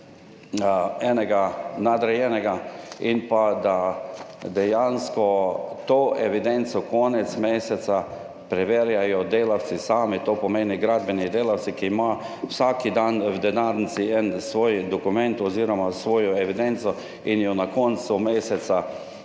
in da dejansko to evidenco konec meseca preverjajo delavci sami, to pomeni, gradbeni delavci, ki imajo vsak dan v denarnici en svoj dokument oziroma svojo evidenco, jo na koncu meseca dejansko